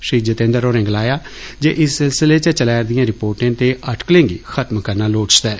श्री जितेन्द्र होरें गलाया जे इस सिलसिले च चलैरदियां रिपोर्टे ते अटकलें गी खत्म करना लोड़चदा ऐ